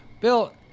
Bill